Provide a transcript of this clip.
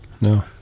no